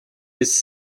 his